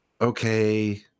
okay